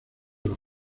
los